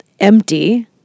Empty